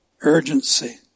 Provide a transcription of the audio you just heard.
urgency